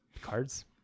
cards